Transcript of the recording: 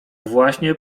właśnie